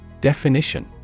Definition